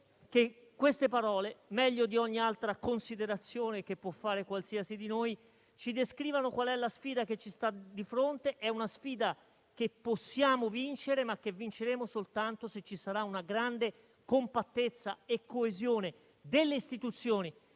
che queste parole, meglio di ogni altra considerazione che può fare qualsiasi di noi, ci descrivano qual è la sfida che abbiamo di fronte. È una sfida che possiamo vincere, ma che vinceremo soltanto se ci sarà grande compattezza e coesione, da parte delle istituzioni